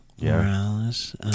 Morales